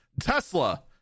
Tesla